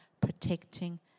protecting